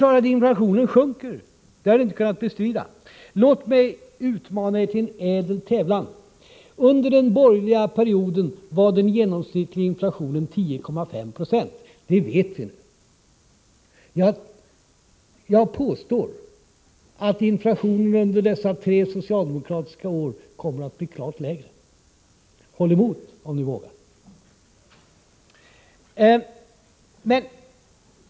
Att inflationen sjunker har ni inte kunnat bestrida. Låt mig utmana er till en ädel tävlan. Under den borgerliga perioden var den genomsnittliga inflationen 10,5 20. Det vet vi nu. Jag påstår att inflationen under dessa tre socialdemokratiska år kommer att bli klart lägre. Håll emot, om ni vågar!